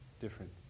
different